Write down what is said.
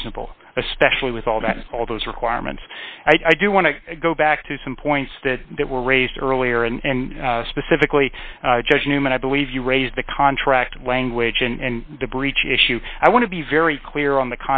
reasonable especially with all that all those requirements i do want to go back to some points that were raised earlier and specifically judge newman i believe you raised the contract language and the breach issue i want to be very clear on the